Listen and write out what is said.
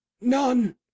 none